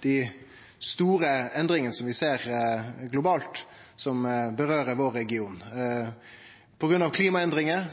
dei store endringane vi ser globalt, som vedkjem regionen vår. På grunn av klimaendringar